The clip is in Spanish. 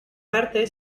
parte